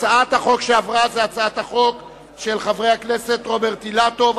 הצעת החוק שעברה היא הצעת חוק של חברי הכנסת רוברט אילטוב,